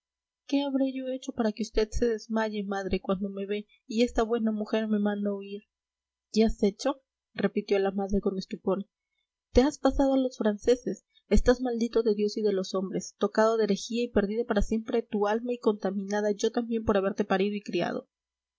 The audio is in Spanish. qué habré yo hecho para que vd se desmaye madre cuando me ve y esta buena mujer me manda huir qué has hecho repitió la madre con estupor te has pasado a los franceses estás maldito de dios y de los hombres tocado de herejía y perdida para siempre tu alma y contaminada yo también por haberte parido y criado